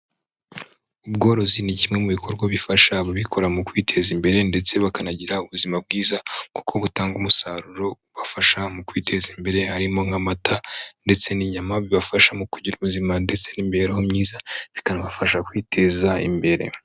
Ubworozi ni kimwe mu bikorwa bifasha ababikora mu kwiteza imbere ndetse bakanagira ubuzima bwiza, kuko butanga umusaruro ubafasha mu kwiteza imbere harimo nk'amata ndetse n'inyama, bibafasha mu kugira ubuzima ndetse n'imibereho myiza, bikanabafasha kwiteza imbere.